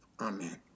Amen